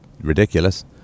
ridiculous